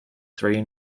three